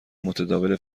متداول